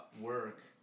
work